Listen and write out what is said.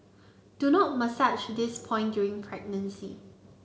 do not massage this point during pregnancy